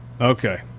Okay